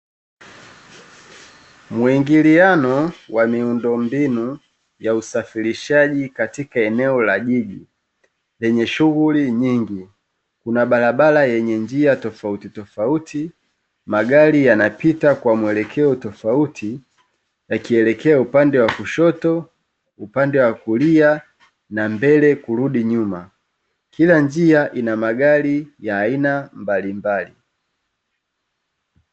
Muingiliano wa miundombinu ya usafirishaji katika eneo la jiji lenye shughuli nyingi, kuna barabara yenye njia tofauti tofauti magari yanapita kwa mwelekeo tofauti yakielekea upande wa kushoto, upande wa kulia na mbele kurudi nyuma kila njia ina magari ya aina mbalimbali.